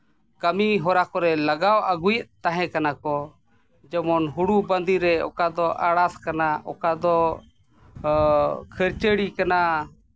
ᱠᱟᱹᱢᱤ ᱦᱚᱨᱟ ᱠᱚᱨᱮᱫ ᱞᱟᱜᱟᱣ ᱟᱹᱜᱩᱭᱮᱫ ᱛᱟᱦᱮᱸ ᱠᱟᱱᱟᱠᱚ ᱡᱮᱢᱚᱱ ᱦᱩᱲᱩ ᱵᱟᱸᱫᱤ ᱨᱮ ᱚᱠᱟ ᱫᱚ ᱟᱲᱟᱥ ᱠᱟᱱᱟ ᱚᱠᱟ ᱫᱚ ᱠᱷᱟᱹᱲᱪᱟᱹᱲᱤ ᱠᱟᱱᱟ